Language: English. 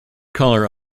color